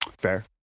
fair